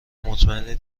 مطمئن